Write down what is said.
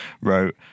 wrote